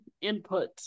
input